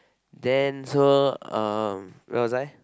then so where was I